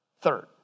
Third